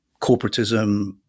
corporatism